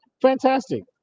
fantastic